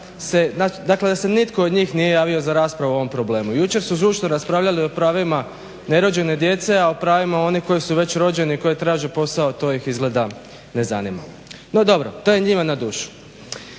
da se nitko od njih nije javio za raspravu o ovom problemu. Jučer su žučno raspravljali o pravima nerođene djece, a o pravima onih koji su već rođeni i koji traže posao to ih izgleda ne zanima. No dobro, to je njima na dušu.